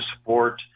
support